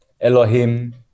Elohim